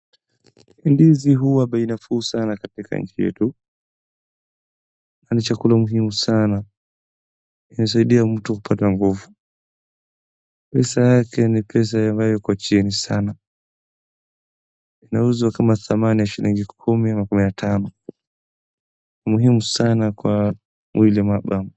Ndizi huwa bei nafuu sana katika nchi yetu na ni chakula muhimu sana. Inasaidia mtu kupata nguvu. Pesa yake ni pesa ambayo iko chini sana, inauzwa kama thamana ya shilingi kumi ama kumi na tano. Ni muhimu sana kwa mwili wa mwanadamu.